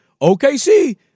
OKC